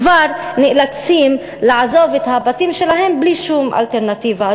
כבר נאלצים לעזוב את הבתים שלהם בלי שום אלטרנטיבה,